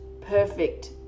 perfect